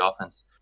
offense